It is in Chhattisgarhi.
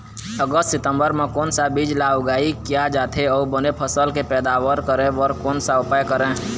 अगस्त सितंबर म कोन सा बीज ला उगाई किया जाथे, अऊ बने फसल के पैदावर करें बर कोन सा उपाय करें?